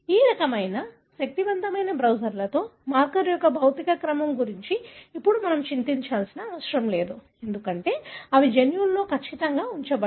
ఈ రకమైన శక్తివంతమైన బ్రౌజర్లతో మార్కర్ యొక్క భౌతిక క్రమం గురించి ఇప్పుడు మనం చింతించాల్సిన అవసరం లేదు ఎందుకంటే అవి జన్యువులో ఖచ్చితంగా ఉంచబడ్డాయి